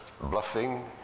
bluffing